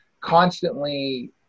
constantly